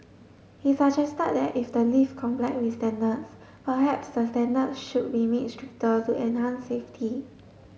he suggested that if the lift comply with standards perhaps the standards should be made stricter to enhance safety